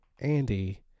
andy